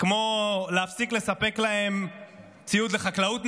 כמו להפסיק לספק להם ציוד לחקלאות,